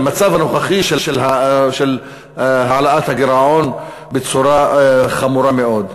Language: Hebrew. למצב הנוכחי של העלאת הגירעון בצורה חמורה מאוד.